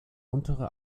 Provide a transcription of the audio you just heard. untere